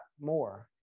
more